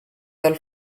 dal